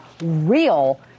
real